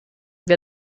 wir